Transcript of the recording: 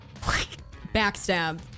backstab